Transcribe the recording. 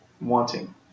wanting